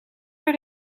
maar